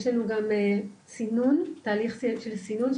יש לנו גם תהליך של סינון,